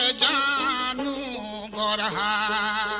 ah da da da